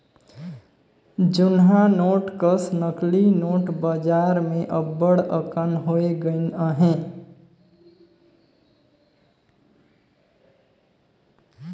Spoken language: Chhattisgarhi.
जुनहा नोट कस नकली नोट बजार में अब्बड़ अकन होए गइन अहें